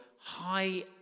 high